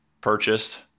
purchased